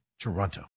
Toronto